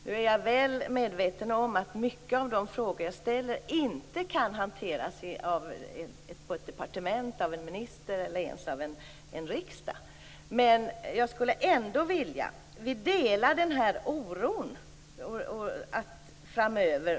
Nu är jag medveten om att mycket i de frågor som jag ställer inte kan hanteras på ett departement, av en minister eller ens av en riksdag, men jag skulle ändå vilja att ni delade oron inför framtiden.